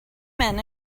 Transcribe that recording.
men